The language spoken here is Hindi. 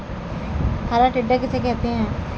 हरा टिड्डा किसे कहते हैं?